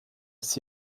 des